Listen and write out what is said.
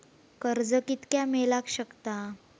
कर्ज कितक्या मेलाक शकता?